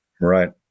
right